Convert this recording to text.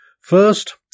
First